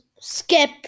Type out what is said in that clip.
skip